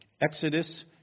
Exodus